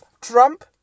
Trump